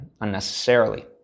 unnecessarily